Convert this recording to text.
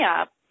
up